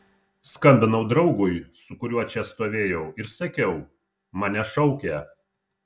skambinau draugui su kuriuo čia stovėjau ir sakiau mane šaukia